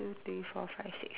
two three four five six